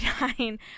nine